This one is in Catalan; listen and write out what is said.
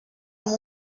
amb